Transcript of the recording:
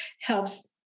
helps